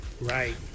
Right